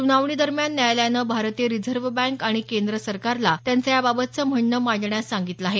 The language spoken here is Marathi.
सुनावणी दरम्यान न्यायालयानं भारतीय रिझर्व्ह बँक आणि केंद्र सरकारला त्यांचं याबाबत म्हणणं मांडण्यास सांगितलं आहे